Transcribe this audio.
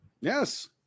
Yes